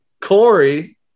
Corey